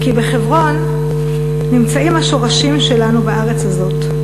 כי בחברון נמצאים השורשים שלנו בארץ הזאת,